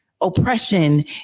oppression